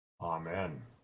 Amen